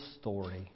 story